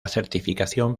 certificación